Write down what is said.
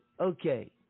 Okay